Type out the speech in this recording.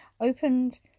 opened